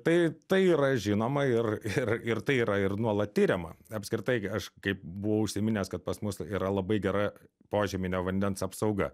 tai tai yra žinoma ir ir ir tai yra ir nuolat tiriama apskritai aš kaip buvau užsiminęs kad pas mus yra labai gera požeminio vandens apsauga